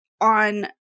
on